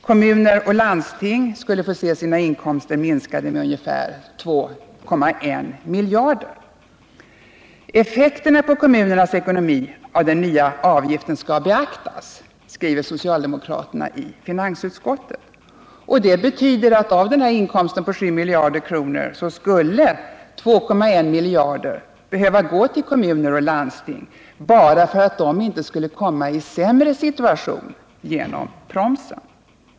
Kommuner och landsting skulle få se sina inkomster minskade med ungefär 2,1 miljarder mot vad som skulle ha blivit fallet utan proms. Effekterna på kommunernas ekonomi av den nya avgiften bör beaktas, menar socialdemokraterna i finansutskottet. Det betyder att av den här inkomsten på 7 miljarder skulle 2,1 miljarder behöva gå till kommuner och landsting bara för att de inte skulle komma i en sämre situation genom promsen.